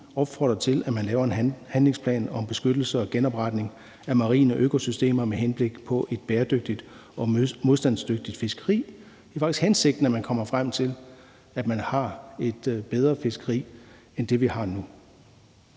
opfordrer til, at man laver en handlingsplan om beskyttelse og genopretning af marine økosystemer med henblik på et bæredygtigt og modstandsdygtigt fiskeri. Det er faktisk hensigten, at man kommer frem til at have et bedre fiskeri end det, vi har nu.